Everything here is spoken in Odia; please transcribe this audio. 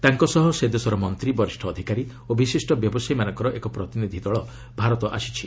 ତାଙ୍କ ସହ ସେ ଦେଶର ମନ୍ତ୍ରୀ ବରିଷ୍ଣ ଅଧିକାରୀ ଓ ବିଶିଷ୍ଟ ବ୍ୟବସାୟୀମାନଙ୍କର ଏକ ପ୍ରତିନିଧି ଦଳ ମଧ୍ୟ ଭାରତ ଆସିଛି